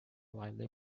lively